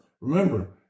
Remember